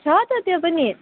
छ त त्यो पनि